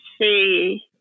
see